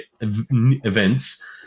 events